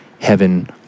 heaven